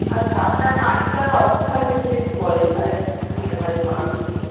আচ্ছা আপনার বাড়িটার অবস্থানটা যদি একটু বলেন তাহলে সুবিধা হয় আমার বুঝতে